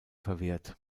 verwehrt